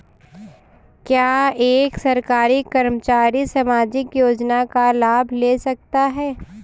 क्या एक सरकारी कर्मचारी सामाजिक योजना का लाभ ले सकता है?